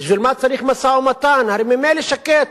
בשביל מה צריך משא-ומתן, הרי ממילא שקט?